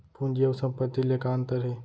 पूंजी अऊ संपत्ति ले का अंतर हे?